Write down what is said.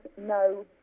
no